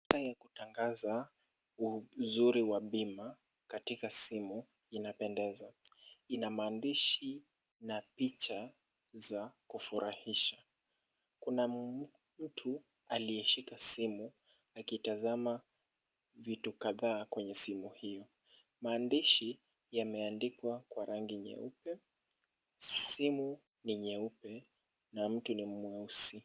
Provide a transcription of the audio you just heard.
Huduma ya kutangaza uzuri wa bima katika simu inapendeza. Ina maandishi na picha za kufurahisha. Kuna mtu aliyeshika simu akitazama vitu kadhaa kwenye simu hiyo. Maandishi yameandikwa kwa rangi nyeupe. Simu ni nyeupe na mtu ni mweusi.